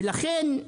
ולכן,